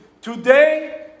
today